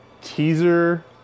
teaser